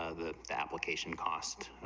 ah that application costs,